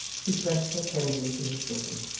he pressed her tenderly to his bosom,